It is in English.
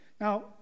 now